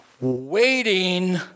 waiting